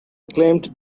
claimed